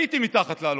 הייתי מתחת לאלונקה,